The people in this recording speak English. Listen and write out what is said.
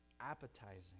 appetizing